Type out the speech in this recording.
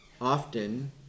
Often